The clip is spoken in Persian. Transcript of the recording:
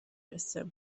رسه